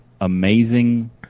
amazing